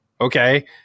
okay